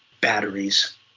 batteries